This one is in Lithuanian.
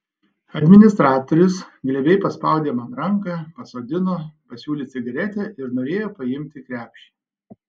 administratorius glebiai paspaudė man ranką pasodino pasiūlė cigaretę ir norėjo paimti krepšį